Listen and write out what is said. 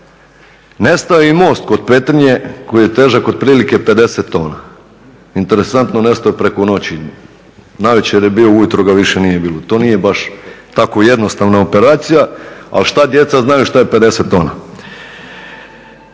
nestao je i most kod Petrinje koji je težak otprilike 50 t. Interesantno, nestao je preko noći. Navečer je bio, ujutro ga više nije bilo. To nije baš tako jednostavna operacija, ali šta djeca znaju šta je 50 t.